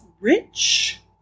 rich